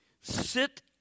sit